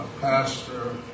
pastor